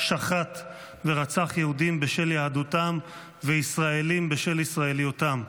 שחט ורצח יהודים בשל יהדותם וישראלים בשל ישראליותם.